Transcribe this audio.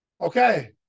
Okay